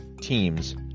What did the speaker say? teams